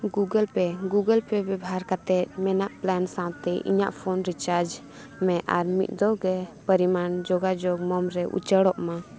Google Pay Google Pay ᱵᱮᱵᱚᱦᱟᱨ ᱠᱟᱛᱮᱫ ᱢᱮᱱᱟᱜ ᱯᱞᱮᱱ ᱥᱟᱶᱛᱮ ᱤᱧᱟᱹᱜ ᱯᱷᱳᱱ ᱨᱤᱪᱟᱨᱡᱽ ᱢᱮ ᱟᱨ ᱢᱤᱫ ᱫᱷᱟᱹᱣ ᱜᱮ ᱯᱚᱨᱤᱢᱟᱱ ᱡᱳᱜᱟᱡᱳᱜᱽ ᱨᱮ ᱩᱪᱟᱹᱲᱚᱜ ᱢᱟ